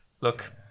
Look